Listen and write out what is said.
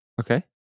Okay